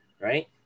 right